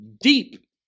deep